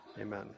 amen